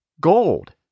Gold